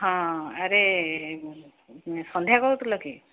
ହଁ ଆରେ ସନ୍ଧ୍ୟା କହୁଥିଲ କି